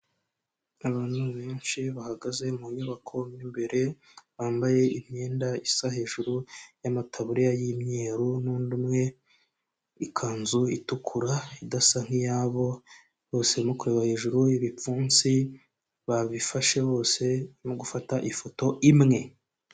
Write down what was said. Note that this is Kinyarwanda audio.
Abantu benshi bahagaze mu nyubako mu imbere, bambaye imyenda isa hejuru y'amataburiya y'imyeru n'undi umwe ikanzu itukura idasa nk'iyabo, bose barimo kureba hejuru ibipfunsi babifashe bose barimo gufata ifoto imwe.